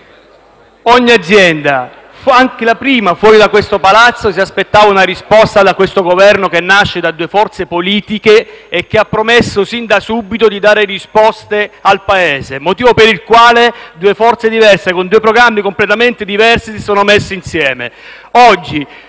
Ogni azienda, fuori da questo Palazzo, si aspettava una risposta da questo Governo, che nasce da due forze politiche e che ha promesso sin da subito di dare risposte al Paese, motivo per il quale due forze diverse, con due programmi completamente differenti, si sono messe insieme.